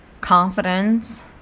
confidence